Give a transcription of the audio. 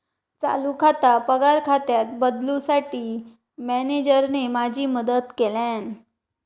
चालू खाता पगार खात्यात बदलूंसाठी मॅनेजरने माझी मदत केल्यानं